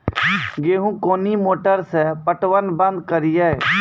गेहूँ कोनी मोटर से पटवन बंद करिए?